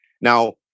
Now